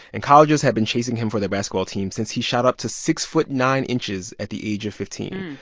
and colleges had been chasing him for their basketball team since he shot up to six foot nine inches at the age of fifteen.